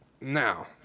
Now